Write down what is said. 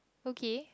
okay